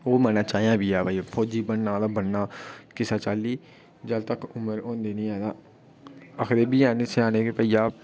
ओह् मनै च ऐहीं बी ऐ की फौजी बनना ते बनना किसै चाल्ली जदूं तगर उमर होंदी निं ऐ तां आखदे बी है'न नी स्याने कि भइया